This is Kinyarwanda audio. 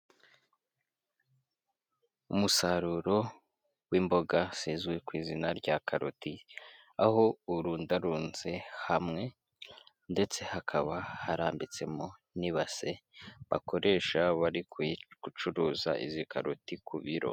Umusaruro w'imboga zizwi ku izina rya karoti, aho urundarunze hamwe ndetse hakaba harambitsemo n'ibase bakoresha bari gucuruza izi karoti ku biro.